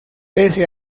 pese